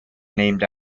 named